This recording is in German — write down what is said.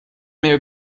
mehr